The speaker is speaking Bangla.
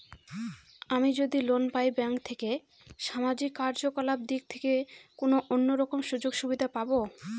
আমি যদি লোন পাই ব্যাংক থেকে সামাজিক কার্যকলাপ দিক থেকে কোনো অন্য রকম সুযোগ সুবিধা পাবো?